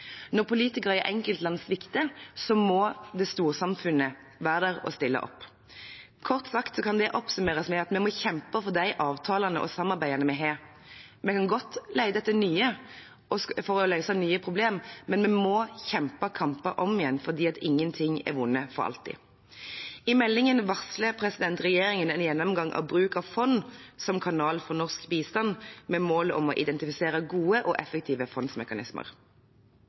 Når politikere i enkeltland svikter, må storsamfunnet være der og stille opp. Kort sagt kan det oppsummeres med at vi må kjempe for de avtalene og samarbeidene vi har. Vi kan godt lete etter nye for å løse nye problemer, men vi må kjempe kamper om igjen, for ingenting er vunnet for alltid. I meldingen varsler regjeringen en gjennomgang av bruk av fond som kanal for norsk bistand, med mål om å identifisere gode og effektive fondsmekanismer.